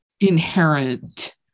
inherent